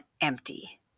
empty